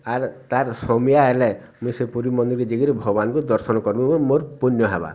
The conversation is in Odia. ଆର୍ ତାର୍ ସମିୟା ୟେଲେ ମୁଇଁ ସେ ପୁରୀ ମନ୍ଦିର୍ ଜେଇ କରି ଭଗବାନ୍ କୁ ଦର୍ଶନ କର୍ମୁ ବୋ ମୋର୍ ପୁଣ୍ୟ ହେବା